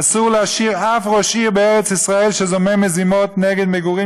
אסור להשאיר אף ראש עיר בארץ-ישראל שזומם מזימות נגד מגורים